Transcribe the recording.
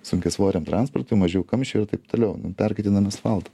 sunkiasvoriam transportui mažiau kamščių ir taip toliau perkaitinam asfaltą